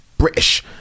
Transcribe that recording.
British